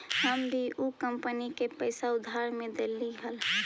हम भी ऊ कंपनी के पैसा उधार में देली हल